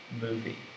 movie